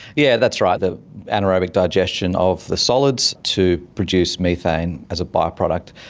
yeah that's right, the anaerobic digestion of the solids to produce methane as a by-product.